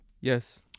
Yes